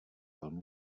velmi